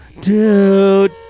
Dude